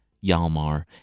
Yalmar